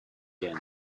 yen